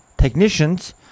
technicians